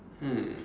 hmm